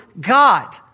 God